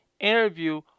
interview